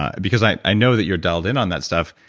ah because i know that you're delved in on that stuff.